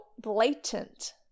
blatant